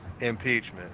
impeachment